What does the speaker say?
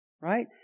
right